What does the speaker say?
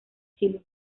chile